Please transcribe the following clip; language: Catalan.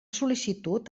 sol·licitud